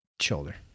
Shoulder